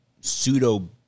pseudo